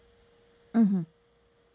mm hmm